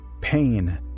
pain